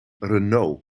renault